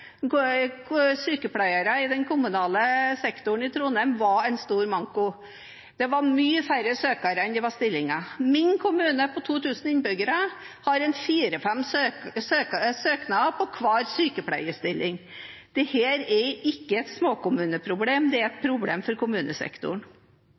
i den kommunale sektoren i Trondheim. Det er mange færre søkere enn ledige stillinger. Min hjemkommune, som har 2 000 innbyggere, har fire–fem søknader for hver sykepleierstilling. Dette er ikke et småkommuneproblem. Det er et